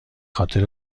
خاطر